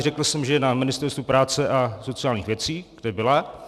Řekl jsem, že je na Ministerstvu práce a sociálních věcí, kde byla.